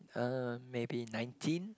uh maybe nineteen